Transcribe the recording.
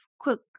cook